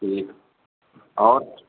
ٹھیک ہے اور